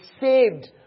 saved